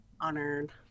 honored